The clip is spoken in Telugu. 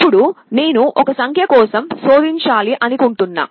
ఇప్పుడు నేను ఒక సంఖ్య కోసం శోధించాలనుకుంటున్నాను